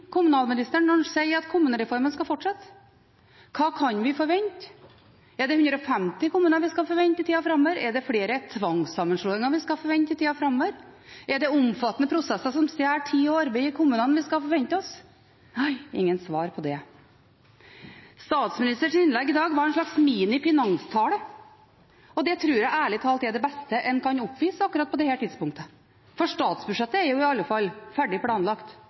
kommunalministeren når han sier at kommunereformen skal fortsette? Hva kan vi forvente? Er det 150 kommuner vi skal forvente i tida framover? Er det flere tvangssammenslåinger vi skal forvente i tida framover? Er det omfattende prosesser som stjeler tid og arbeid i kommunene, vi skal forvente oss? Nei – ingen svar på det. Statsministerens innlegg i dag var en slags mini-finanstale, og det tror jeg ærlig talt er det beste en kan oppvise på akkurat dette tidspunktet. Statsbudsjettet er i alle fall ferdig planlagt,